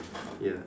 ya